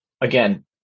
again